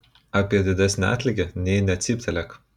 apie didesnį atlygį nė necyptelėk